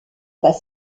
pas